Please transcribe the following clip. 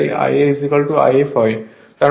তার মানে ∅ I torque এর সমানুপাতিক হয়